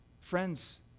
Friends